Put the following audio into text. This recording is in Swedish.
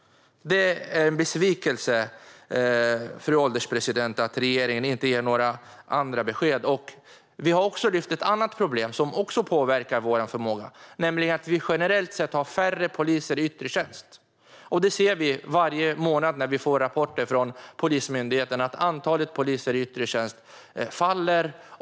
Det är en besvikelse, fru ålderspresident, att regeringen inte ger några andra besked. Vi har också lyft fram ett annat problem, som också påverkar vår förmåga, nämligen att vi generellt sett har färre poliser i yttre tjänst. Varje månad när vi får rapporter från Polismyndigheten ser vi att antalet poliser i yttre tjänst minskar.